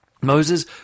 Moses